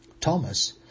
Thomas